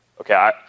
Okay